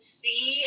see